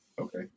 Okay